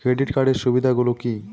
Credit কার্ডের সুবিধা গুলো কি?